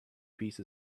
peace